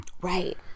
Right